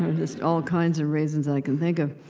just, all kinds of reasons i can think of.